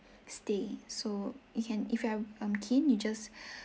stay so you can if you are um keen you just